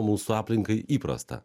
mūsų aplinkai įprasta